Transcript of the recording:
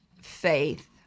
faith